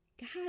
God